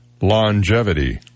longevity